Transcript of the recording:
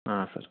ಹಾಂ ಸರ್